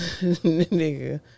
nigga